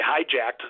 hijacked